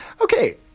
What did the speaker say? Okay